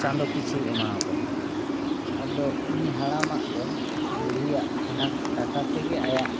ᱪᱟᱸᱫᱚ ᱯᱤᱪᱷᱤᱭ ᱮᱢᱟᱣᱟᱠᱚ ᱠᱟᱱᱟ ᱟᱫᱚ ᱩᱱᱤ ᱦᱟᱲᱟᱢᱟᱜ ᱫᱚ ᱥᱮ ᱵᱩᱲᱦᱤᱭᱟᱜ ᱚᱱᱟ ᱴᱟᱠᱟ ᱛᱮᱜᱮ ᱟᱭᱟᱜ